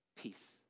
Peace